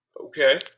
Okay